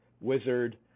wizard